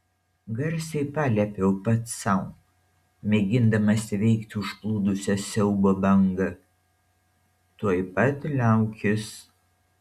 garsiai paliepiau pats sau mėgindamas įveikti užplūdusią siaubo bangą tuoj pat liaukis